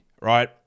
right